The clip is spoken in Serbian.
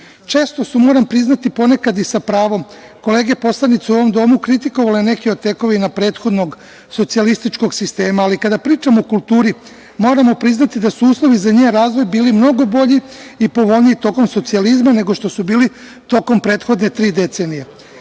su moram priznati ponekad i sa pravom, kolege poslanici u ovom domu kritikovale neke od tekovina prethodnog socijalističkog sistema, ali kada pričamo o kulturi, moramo priznati da su uslovi za njen razvoj bili mnogo bolji i povoljniji tokom socijalizma nego što su bili tokom prethodne tri decenije. Hteli